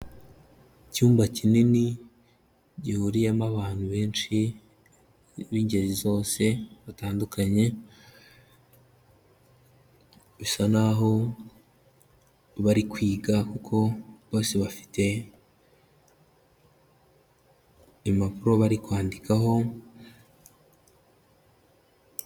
Icyumba kinini gihuriyemo abantu benshi b'ingeri zose batandukanye, bisa naho aho bari kwiga kuko bose bafite impapuro bari kwandikaho.